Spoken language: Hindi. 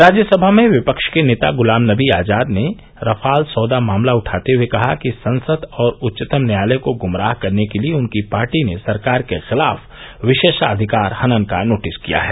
राज्यसभा में विपक्ष के नेता गुलाम नबी आजाद ने रफाल सौदा मामला उठाते हुए कहा कि संसद और उच्चतम न्यायालय को गुमराह करने के लिए उनकी पार्टी ने सरकार के खिलाफ विशेषाधिकार हनन का नोटिस दिया है